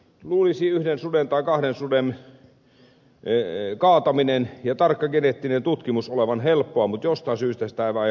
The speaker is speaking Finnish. luulisi yhden tai kahden suden kaataminen ja tarkka geneettinen tutkimus olevan helppoa mutta jostain syystä sitä ei vaan haluta tehdä